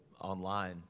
online